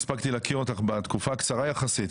הספקתי להכיר אותך בתקופה הקצרה הזאת,